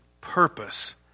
purpose